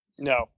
No